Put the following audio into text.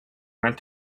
went